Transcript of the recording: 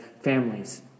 families